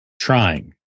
trying